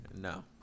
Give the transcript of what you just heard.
No